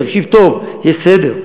תקשיב טוב, יש סדר.